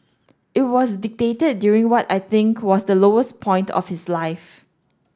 it was dictated during what I think was the lowest point of his life